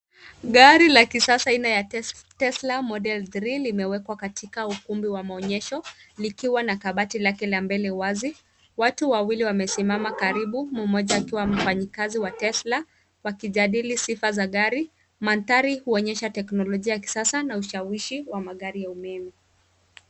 Gari la kisasa aina ya, tesla model three, limewekwa katika ukumbi wa maonyesho likiwa na kabati lake la mbele wazi. Watu wawili wamesimama karibu mmoja akiwa mfanyakazi wa tesla wakijadili sifa za gari. Mandhari huonyesha teknolojia ya kisasa na ushawishi wa magari ya umeme.